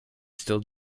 still